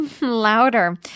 louder